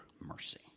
mercy